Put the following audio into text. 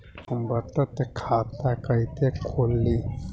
हम बचत खाता कइसे खोलीं?